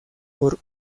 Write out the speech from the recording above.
por